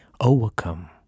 overcome